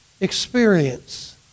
experience